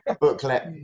booklet